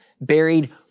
buried